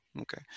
okay